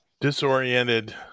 disoriented